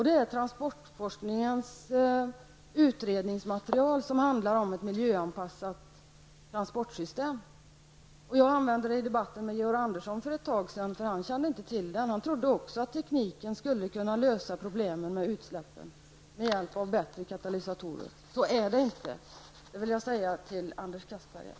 Det är transportforskningens utredningsmaterial som handlar om ett miljöanpassat transportsystem. Jag refererade till det i en debatt med Georg Andersson för ett tag sedan. Georg Andersson kände inte till det, utan han trodde också att vi med tekniken skulle kunna lösa problemen med utsläpp, alltså med bättre katalysatorer. Så är det inte, och det vill jag säga till Anders Castberger.